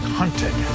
hunted